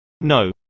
No